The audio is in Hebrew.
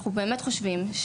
אנחנו באמת חושבים,